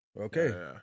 Okay